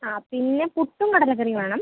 ആ പിന്നെ പുട്ടും കടലക്കറിയും വേണം